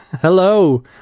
Hello